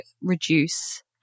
reduce